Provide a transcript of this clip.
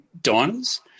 diners